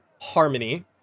harmony